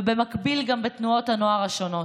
ובמקביל גם בתנועות הנוער השונות.